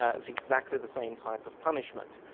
ah it's exactly the same type of punishment.